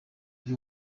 day